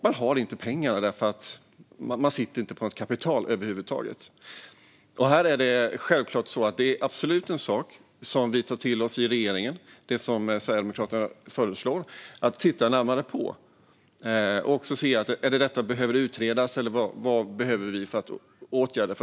Man har inte pengarna eftersom man inte sitter på något kapital över huvud taget. Det som Sverigedemokraterna föreslår är absolut något vi i regeringen tar till oss och vill titta närmare på. Behöver detta utredas, eller vad behöver vi vidta för åtgärder?